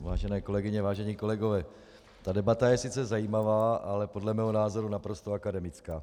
Vážené kolegyně, vážení kolegové, debata je sice zajímavá, ale podle mého názoru naprosto akademická.